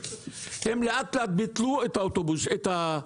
לאט לאט ביטלו את השירות.